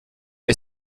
est